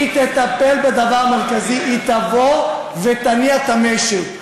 היא תטפל בדבר מרכזי: היא תבוא ותניע את המשק.